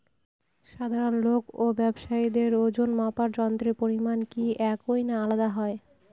সাধারণ লোক ও ব্যাবসায়ীদের ওজনমাপার যন্ত্রের পরিমাপ কি একই না আলাদা হয়?